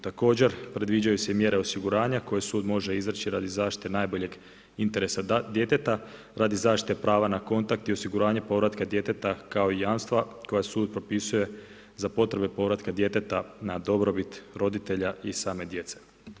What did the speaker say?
Također predviđaju se i mjere osiguranja koje sud može izreći radi zaštite najboljeg interesa djeteta radi zaštite prava na kontakt i osiguranje povratka djeteta kao jamstva koja sud propisuje za potrebe povratka djeteta na dobrobit roditelja i same djece.